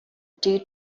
due